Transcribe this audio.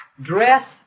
Dress